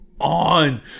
on